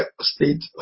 state